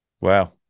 wow